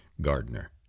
Gardner